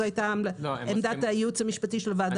זאת הייתה עמדת הייעוץ המשפטי של הוועדה,